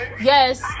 yes